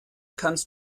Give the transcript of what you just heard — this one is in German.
kannst